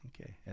Okay